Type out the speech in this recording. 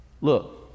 look